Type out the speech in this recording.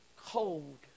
cold